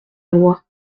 loi